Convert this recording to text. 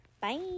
Bye